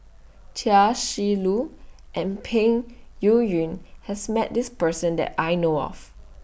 Chia Shi Lu and Peng Yuyun has Met This Person that I know of